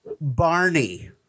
Barney